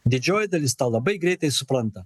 didžioji dalis tą labai greitai supranta